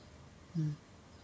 mm